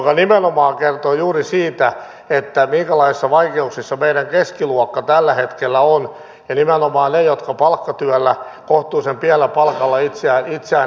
se nimenomaan kertoi juuri siitä että minkälaisissa vaikeuksissa meidän keskiluokkamme tällä hetkellä on ja nimenomaan ne jotka palkkatyöllä kohtuullisen pienellä palkalla itseään elättävät